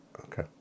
Okay